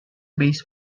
base